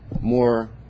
more